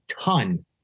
ton